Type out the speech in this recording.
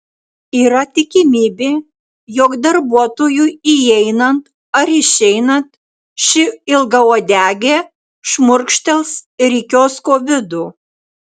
yra tikimybė jog darbuotojui įeinant ar išeinant ši ilgauodegė šmurkštels ir į kiosko vidų